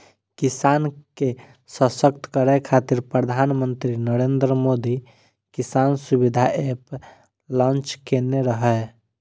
किसान के सशक्त करै खातिर प्रधानमंत्री नरेंद्र मोदी किसान सुविधा एप लॉन्च केने रहै